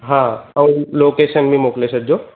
हा ऐं लोकेशन बि मोकिले छॾिजो